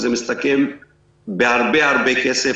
זה מסתכם בהרבה הרבה כסף.